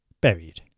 Buried